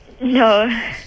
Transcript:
No